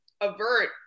avert